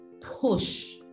push